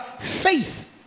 faith